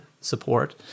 support